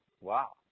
Wow